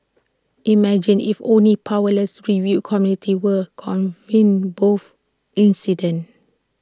imagine if only powerless review committees were convened both incidents